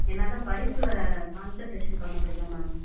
என்னால் படிப்பில் கான்சன்ட்ரேஷன் பண்ண முடியல மேம்